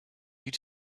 you